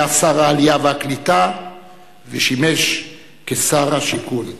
היה שר העלייה והקליטה ושימש שר השיכון.